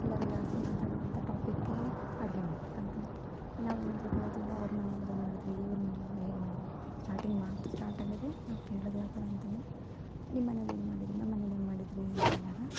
ಎಲ್ಲರೂ ಜಾಸ್ತಿ ಮಾತಾಡುವಂಥ ಟಾಪಿಕ್ಕೇ ಅಡುಗೆ ಮನೆ ಯಾಕಂತಂದರೆ ನಾವು ಏನಾದರೂ ಕೇಳ್ತಿದ್ದರೆ ಅವ್ರ ಮನೆಲಿ ಏನು ಮಾಡಿದ್ವಿ ಇವ್ರ ಮನೆಲಿ ಏನು ಮಾಡಿದ್ವಿ ಸ್ಟಾಟಿಂಗ್ ಮಾತು ಸ್ಟಾಟ್ ಆಗೋದೇ ನಾವು ಕೇಳೋದು ಯಾವ ಥರ ಅಂತಂದರೆ ನಿಮ್ಮ ಮನೆಲಿ ಏನು ಮಾಡಿದಿರಿ ನಮ್ಮ ಮನೆಲಿ ಏನು ಮಾಡಿದಿರಿ ಅಂತಂದಾಗ